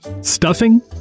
stuffing